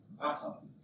Awesome